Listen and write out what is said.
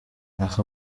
aha